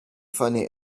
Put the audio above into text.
funny